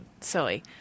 silly